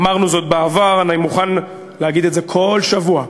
אמרנו זאת בעבר, ואני מוכן להגיד את זה כל שבוע: